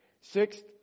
Sixth